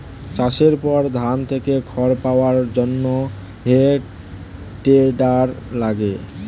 চাষের পর ধান থেকে খড় পাওয়ার জন্যে হে টেডার লাগে